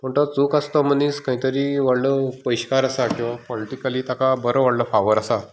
पूण तो चूक आसा तो मनीस खंय तरी व्हडलो पयशांकार आसा किंवा पोलिटिकली ताका बरो व्हडलो फावर आसा